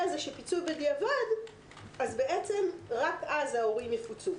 פיצוי בדיעבד אז בעצם רק אז ההורים יפוצו.